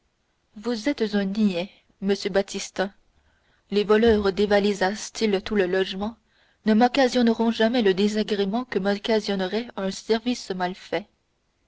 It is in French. vous êtes un niais monsieur baptistin les voleurs dévalisassent ils tout le logement ne m'occasionneront jamais le désagrément que m'occasionnerait un service mal fait